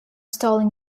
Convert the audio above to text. stolen